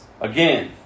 Again